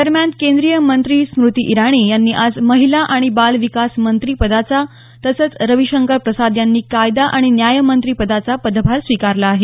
दरम्यान केंद्रीय मंत्री स्मृती इराणी यांनी आज महिला आणि बाल विकास मंत्री पदाचा तसंच रविशंकर प्रसाद यांनी कायदा आणि न्याय मंत्री पदाचा पदभार स्वीकारला आहे